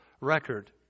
record